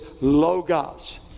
logos